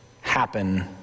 happen